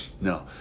No